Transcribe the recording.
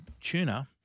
tuna